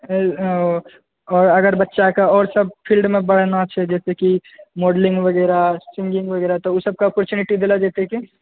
आ अगर बच्चाके आओर सभ फील्डमे बढ़ना छै जाहिसँ की मॉडलिङ्ग वगैरह सिंगिङ्ग वगैरह तऽ ओ सभके अपरच्युनिटी देल जेतै की